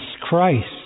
Christ